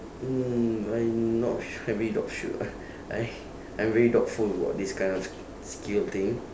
mm I'm not s~ I'm really not sure uh I I'm very doubtful about this kind of s~ skill thing